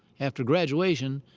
after graduation,